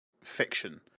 fiction